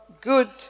good